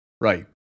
Right